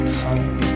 home